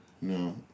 no